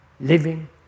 living